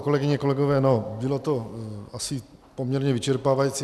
Kolegyně, kolegové, no, bylo to asi poměrně vyčerpávající.